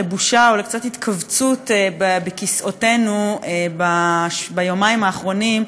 לבושה או לקצת התכווצות בכיסאותינו ביומיים האחרונים,